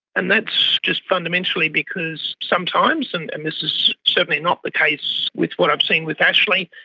and that's just fundamentally because sometimes, and and this is certainly not the case with what i've seen with ashley,